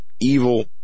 evil